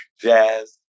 jazz